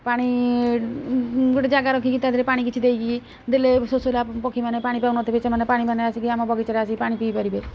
ପାଣି ଗୋଟେ ଜାଗା ରଖିକି ତା'ଦେହରେ ପାଣି କିଛି ଦେଇକି ଦେଲେ ପକ୍ଷୀମାନେ ପାଣି ପାଉନଥିବେ ସେମାନେ ପାଣି ମାନେ ଆସିକି ଆମ ବଗିଚାରେ ଆସିକି ପାଣି ପିଇପାରିବେ